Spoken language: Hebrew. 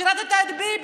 שירת את ביבי,